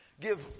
give